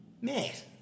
Mate